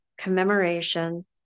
commemoration